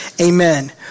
Amen